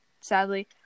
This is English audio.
sadly